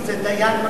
זה דיין,